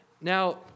Now